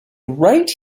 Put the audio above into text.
right